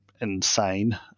insane